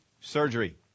surgery